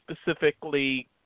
specifically